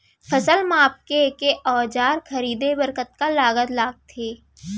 फसल मापके के औज़ार खरीदे बर कतका लागत लगथे?